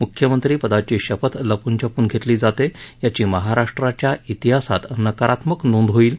मुख्यमंत्री पदाची शपथ लपून छपून घेतली जाते याची महाराष्ट्राच्या ातिहासात नकारात्मक नोंद होईल